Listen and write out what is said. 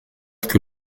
que